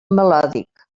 melòdic